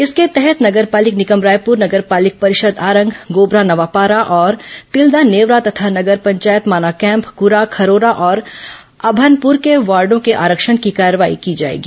इसके तहत नगर पालिक निगम रायपुर नगर पालिक परिषद आरंग गोबरा नवापारा और तिल्दा नेवरा तथा नगर पंचायत माना कैम्प क्रा खरोरा और अभन्पर के वार्डो के आरक्षण की कार्यवाही की जाएगी